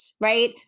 right